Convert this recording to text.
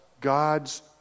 God's